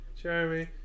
Jeremy